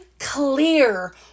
Clear